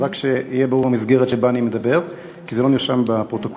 אז רק שיהיה ברור מה המסגרת שבה אני מדבר כי זה לא נרשם בפרוטוקול.